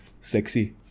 sexy